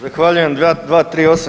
Zahvaljujem, 238.